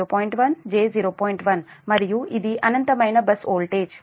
1 మరియు ఇది అనంతమైన బస్సు వోల్టేజ్ ఓకే